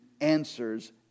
answers